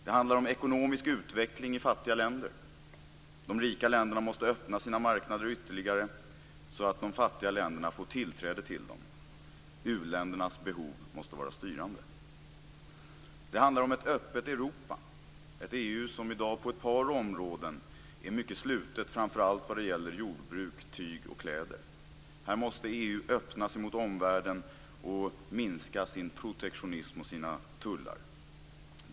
Det handlar om ekonomisk utveckling i fattiga länder. De rika länderna måste öppna sina marknader ytterligare, så att de fattiga länderna får tillträde till dem. U-ländernas behov måste vara styrande. Det handlar om ett öppet Europa. EU är i dag på ett par områden mycket slutet, framför allt när det gäller jordbruk, tyg och kläder. Här måste EU öppna sig mot omvärlden och minska sin protektionism och sina tullar.